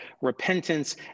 repentance